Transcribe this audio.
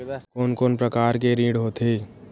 कोन कोन प्रकार के ऋण होथे?